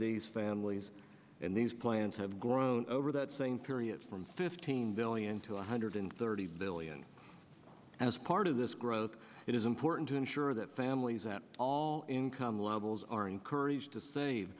these families and these plans have grown over that same period from fifteen billion to one hundred thirty billion as part of this growth it is important to ensure that families at all income levels are encouraged to save